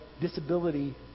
disability